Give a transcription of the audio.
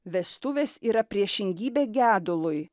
vestuvės yra priešingybė gedului